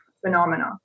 phenomena